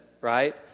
right